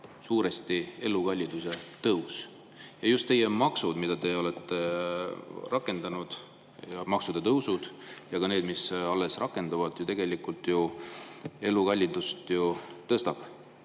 suuresti elukalliduse tõus. Just teie maksud, mida te olete rakendanud, ja maksude tõusud, ka need, mis alles rakenduvad, tegelikult tõstavad elukallidust.